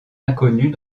inconnue